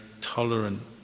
tolerant